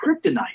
kryptonite